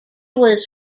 was